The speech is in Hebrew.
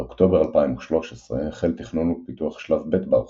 באוקטובר 2013 החל תכנון ופיתוח שלב ב' בהרחבה,